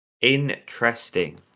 Interesting